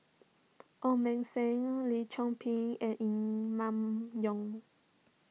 Ong Beng Seng Lim Chor Pee and Emma Yong